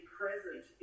present